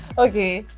okay,